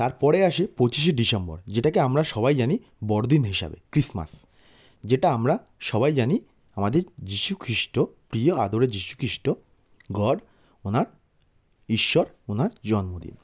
তার পরে আসে পঁচিশে ডিসেম্বর যেটাকে আমরা সবাই জানি বড়দিন হিসাবে ক্রিসমাস যেটা আমরা সবাই জানি আমাদের যিশুখ্রিস্ট প্রিয় আদরের যিশুখ্রিস্ট গড ওনার ঈশ্বর ওনার জন্মদিন